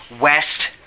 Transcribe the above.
west